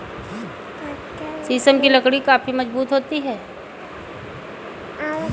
शीशम की लकड़ियाँ काफी मजबूत होती हैं